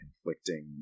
inflicting